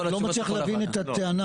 אבל אני לא מצליח להבין את הטענה.